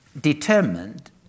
determined